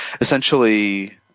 essentially